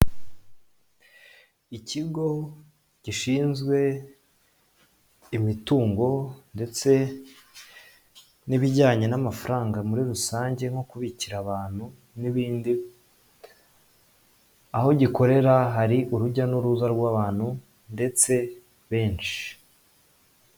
Ikigo gishinzwe imitungo ndetse n'ibijyanye n'amafaranga muri rusange nko kubikira abantu n'ibindi, aho gikorera hari urujya n'uruza rw'abantu ndetse benshi.